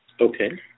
Okay